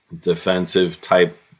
defensive-type